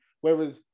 Whereas